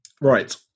Right